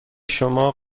شما